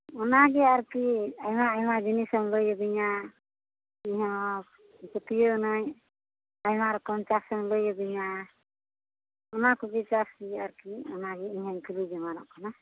ᱚᱱᱟᱜᱮ ᱟᱨᱠᱤ ᱟᱭᱢᱟ ᱟᱭᱢᱟ ᱡᱤᱱᱤᱥᱮᱢ ᱞᱟᱹᱭᱟᱫᱤᱧᱟ ᱤᱧᱦᱚᱸ ᱯᱟᱹᱛᱭᱟᱹᱣᱮᱱᱟᱹᱧ ᱟᱭᱢᱟ ᱨᱚᱠᱚᱢ ᱪᱟᱥᱮᱢ ᱞᱟᱹᱭᱟᱫᱤᱧᱟ ᱚᱱᱟ ᱠᱚᱜᱮ ᱪᱟᱥ ᱦᱩᱭᱩᱜᱼᱟ ᱟᱨᱠᱤ ᱚᱱᱟᱜᱮ ᱤᱧ ᱦᱚᱸᱧ ᱠᱩᱞᱤ ᱡᱚᱝ ᱠᱟᱱᱟ